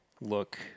look